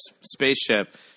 spaceship